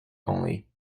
only